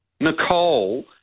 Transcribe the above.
Nicole